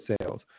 sales